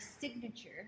signature